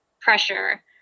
pressure